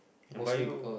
Bio